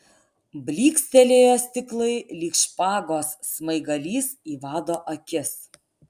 blykstelėjo stiklai lyg špagos smaigalys į vado akis